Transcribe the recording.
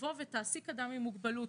תבוא ותעסיק אדם עם מוגבלות.